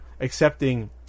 accepting